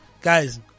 guys